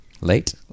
Late